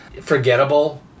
Forgettable